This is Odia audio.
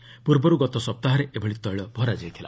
ଏହା ପୂର୍ବରୁ ଗତ ସପ୍ତାହରେ ଏଭଳି ତେିଳ ଭରାଯାଇଥିଲା